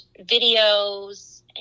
videos